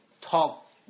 talk